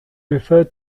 referred